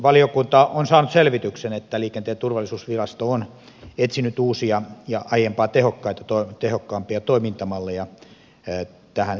valiokunta on saanut selvityksen että liikenteen turvallisuusvirasto on etsinyt uusia ja aiempaa tehokkaampia toimintamalleja tähän tarkastustoimintaan